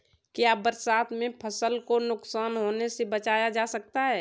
क्या बरसात में फसल को नुकसान होने से बचाया जा सकता है?